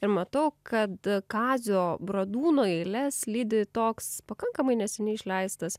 ir matau kad kazio bradūno eiles lydi toks pakankamai neseniai išleistas